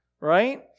right